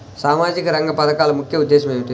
సామాజిక రంగ పథకాల ముఖ్య ఉద్దేశం ఏమిటీ?